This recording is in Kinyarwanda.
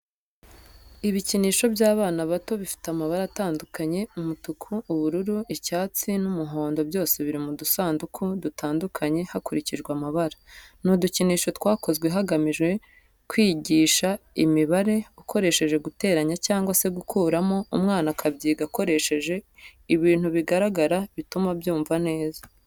Ibikinisho by'abana bato bifite amabara atandukanye umutuku, ubururu, icyatsi n'umuhondo byose biri mu dusanduku dutandukanye hakurikijwe amabara. Ni udukinisho twakozwe hagamijwe kwigisha imibare, ukoresheje guteranya cyangwa se gukuramo umwana akabyiga akoresheje ibintu bigaragara bituma abyumva neza.